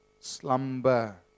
slumber